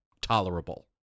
tolerable